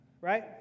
right